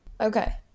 Okay